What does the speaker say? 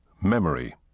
Memory